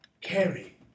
Carrie